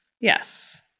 Yes